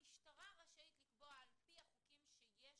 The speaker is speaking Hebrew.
המשטרה רשאית לקבוע על פי החוקים שיש